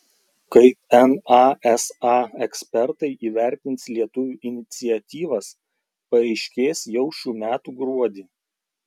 kaip nasa ekspertai įvertins lietuvių iniciatyvas paaiškės jau šių metų gruodį